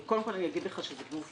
זה גוף